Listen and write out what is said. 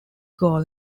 goal